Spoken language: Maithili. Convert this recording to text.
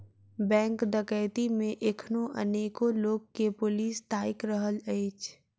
बैंक डकैती मे एखनो अनेको लोक के पुलिस ताइक रहल अछि